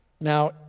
Now